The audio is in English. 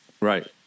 Right